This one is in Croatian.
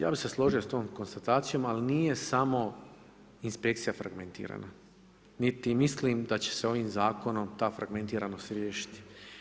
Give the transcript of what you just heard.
Ja bi se složio s tom konstatacijom, ali nije samo inspekcija fragmentirana, niti mislim da će se ovim zakonom ta fragementiranost riješiti.